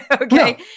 Okay